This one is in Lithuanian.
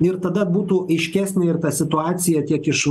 ir tada būtų aiškesnė ir ta situacija tiek iš